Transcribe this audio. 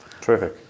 Terrific